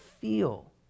feel